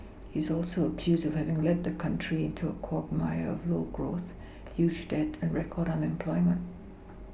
he is also accused of having led the country into a quagmire of low growth huge debt and record unemployment